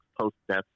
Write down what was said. post-death